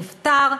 נפטר,